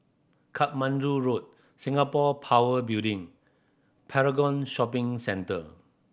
Katmandu Road Singapore Power Building Paragon Shopping Centre